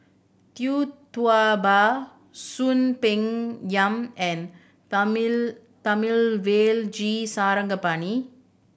Tee Tua Ba Soon Peng Yam and Thamizhavel G Sarangapani